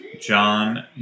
John